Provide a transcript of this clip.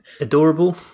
adorable